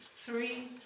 three